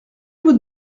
votre